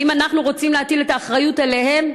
האם אנחנו רוצים להטיל את האחריות עליהם?